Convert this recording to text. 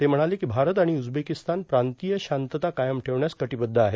ते म्हणाले की भारत आणि उझबेकिस्तान प्रांतिय शांतता कायम ठेवण्यास कटीबद्ध आहेत